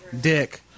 dick